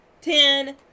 Ten